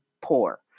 poor